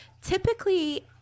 Typically